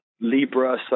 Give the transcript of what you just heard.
Libra